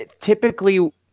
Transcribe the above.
Typically